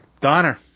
Donner